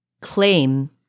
claim